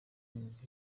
meze